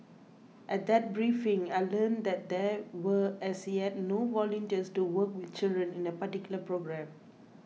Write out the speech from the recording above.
at that briefing I learnt that there were as yet no volunteers to work with children in a particular programme